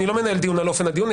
אני לא מנהל דיון על אופן הדיון.